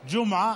גֻ'מעה,